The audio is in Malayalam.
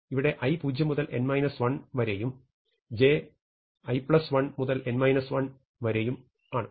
ഇവിടെ i 0 മുതൽ n 1 വരെയും j തുല്യ i1 മുതൽ n 1 വരെയും ആണ്